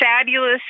fabulous